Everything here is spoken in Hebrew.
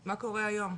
מה קורה היום?